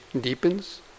deepens